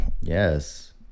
yes